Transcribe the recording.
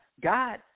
God